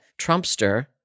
Trumpster